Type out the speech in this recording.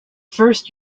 first